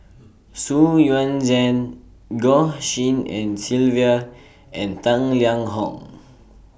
Xu Yuan Zhen Goh Tshin En Sylvia and Tang Liang Hong